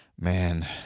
man